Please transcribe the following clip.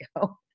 go